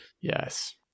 yes